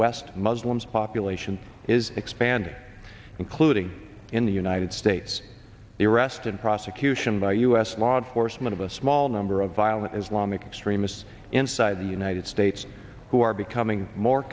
west muslims population is expanding including in the united states the arrest and prosecution by u s law of force one of a small number of violent islamic extremists inside the united states who are becoming more